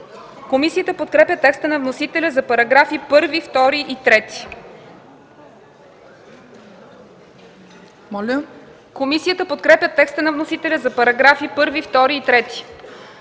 комисията подкрепя текста на вносителя за параграфа, който